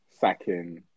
sacking